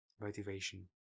motivation